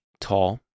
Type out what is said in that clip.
tall